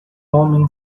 homem